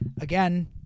again